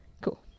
Cool